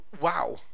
wow